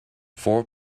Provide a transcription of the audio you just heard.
four